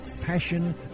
passion